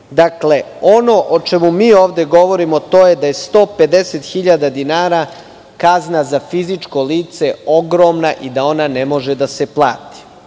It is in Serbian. amandmana. Ono o čemu mi ovde govorimo jeste da je 150.000 dinara kazna za fizičko lice ogromna i da ona ne može da se plati,